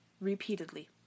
repeatedly